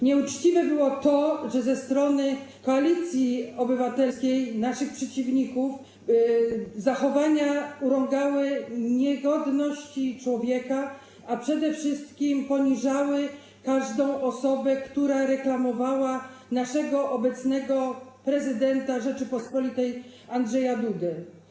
Nieuczciwe było to, że zachowania ze strony Koalicji Obywatelskiej, naszych przeciwników, nie tylko urągały godności człowieka, ale przede wszystkim poniżały każdą osobę, która reklamowała naszego obecnego prezydenta Rzeczypospolitej Andrzeja Dudę.